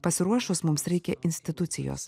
pasiruošus mums reikia institucijos